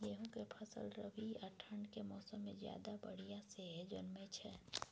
गेहूं के फसल रबी आ ठंड के मौसम में ज्यादा बढ़िया से जन्में छै?